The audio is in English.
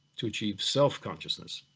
to achieve self-consciousness.